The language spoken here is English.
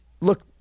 Look